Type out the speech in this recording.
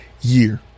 year